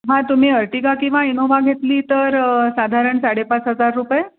हां तुम्ही अर्टिगा किंवा इनोवा घेतली तर साधारण साडे पाच हजार रुपये